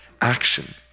action